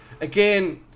again